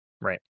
Right